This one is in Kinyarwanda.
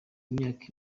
imyaka